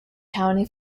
county